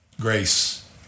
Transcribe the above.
Grace